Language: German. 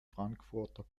frankfurter